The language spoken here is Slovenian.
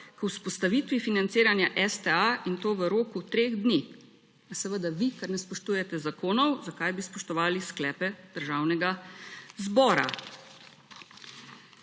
vzpostavitvi financiranja STA in to v roku 3 dni. Seveda vi, ker ne spoštujete zakonov, zakaj bi spoštovali sklepe Državnega zbora.